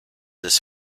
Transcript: this